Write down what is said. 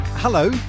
Hello